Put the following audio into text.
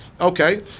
Okay